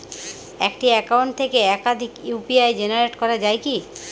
একটি অ্যাকাউন্ট থেকে একাধিক ইউ.পি.আই জেনারেট করা যায় কি?